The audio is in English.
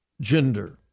gender